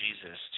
Jesus